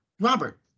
Robert